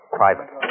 private